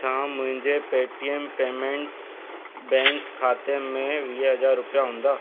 छा मुंहिंजे Paytm payment bank खाते में वीह हज़ार रुपिया हूंदा